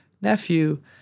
nephew